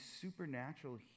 supernatural